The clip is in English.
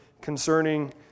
concerning